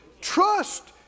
Trust